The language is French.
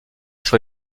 sur